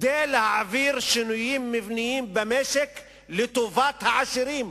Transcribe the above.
כדי להעביר שינויים מבניים במשק לטובת העשירים.